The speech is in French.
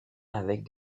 avec